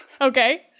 Okay